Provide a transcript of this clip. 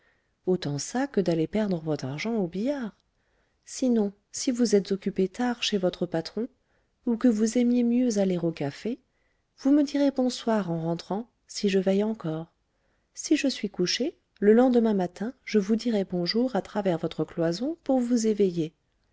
autant ça que d'aller perdre votre argent au billard sinon si vous êtes occupé tard chez votre patron ou que vous aimiez mieux aller au café vous me direz bonsoir en rentrant si je veille encore si je suis couchée le lendemain matin je vous dirai bonjour à travers votre cloison pour vous éveiller